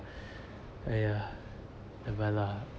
yeah never mind lah